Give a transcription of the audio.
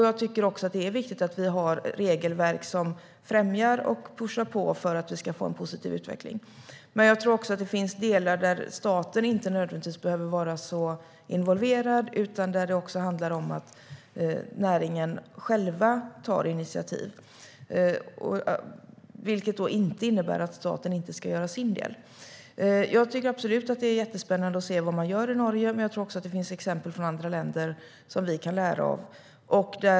Jag tycker också att det är viktigt att vi har regelverk som främjar och pushar på för en positiv utveckling. Men jag tror att det finns delar som staten inte nödvändigtvis behöver vara särskilt involverad i. Det handlar om att näringen själv tar initiativ. Men det innebär inte att staten inte ska göra sin del. Det är absolut spännande att se vad som görs i Norge. Men det finns också exempel i andra länder som vi kan lära av.